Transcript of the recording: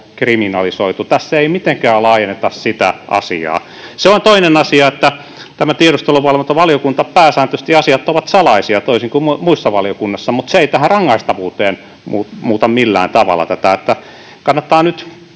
kriminalisoitu. Tässä ei mitenkään laajenneta sitä asiaa. Se on toinen asia, että tämän tiedusteluvalvontavaliokunnan asiat pääsääntöisesti ovat salaisia toisin kuin muissa valiokunnissa, mutta se ei tähän rangaistavuuteen millään tavalla muuta tätä. Kannattaa nyt